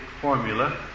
formula